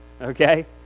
okay